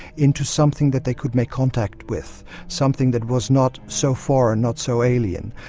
into something that they could make contact with. something that was not so foreign, not so alien,